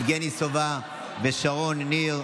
יבגני סובה ושרון ניר.